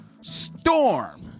Storm